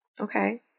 Okay